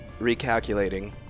recalculating